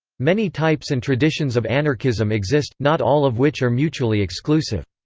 many types and traditions of anarchism exist, not all of which are mutually exclusive.